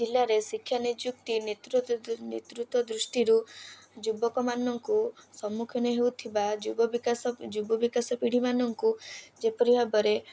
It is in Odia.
ଜିଲ୍ଲାରେ ଶିକ୍ଷା ନିଯୁକ୍ତି ନେତୃତ୍ୱ ନେତୃତ୍ୱ ଦୃଷ୍ଟିରୁ ଯୁବକମାନଙ୍କୁ ସମ୍ମୁଖୀନ ହେଉଥିବା ଯୁବ ବିକାଶ ଯୁବ ବିକାଶ ପିଢ଼ିମାନଙ୍କୁ ଯେପରି ଭାବରେ